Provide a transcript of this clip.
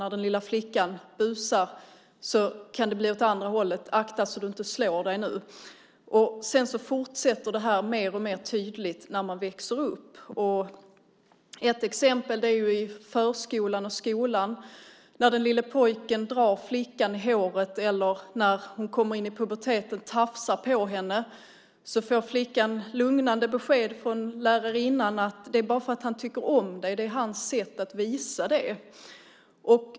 När den lilla flickan busar kan det bli åt andra hållet: Akta så du inte slår dig nu! Sedan fortsätter det här mer och mer tydligt när man växer upp. Ett exempel är i förskolan och skolan när den lille pojken drar flickan i håret eller, när hon kommer in i puberteten, tafsar på henne. Då får flickan lugnande besked från lärarinnan: Det är bara för att han tycker om dig. Det är hans sätt att visa det.